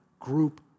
group